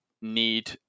need